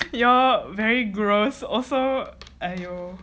you're very gross also !aiya!